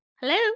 Hello